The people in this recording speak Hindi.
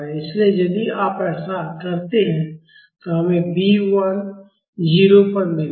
इसलिए यदि आप ऐसा करते हैं तो हमें B 1 0 बराबर मिलेगा